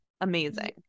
amazing